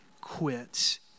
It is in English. quits